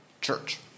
church